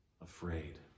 afraid